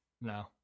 No